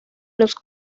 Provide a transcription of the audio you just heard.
los